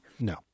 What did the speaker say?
No